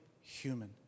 human